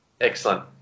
Excellent